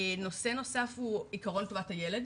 נושא נוסף הוא עקרון טובת הילד,